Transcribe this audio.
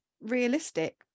realistic